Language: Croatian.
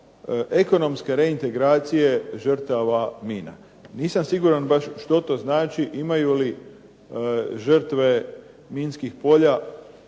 ekonomske reintegracije žrtava mina. Nisam siguran što to znači. Imaju li žrtve minskih polja